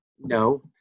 No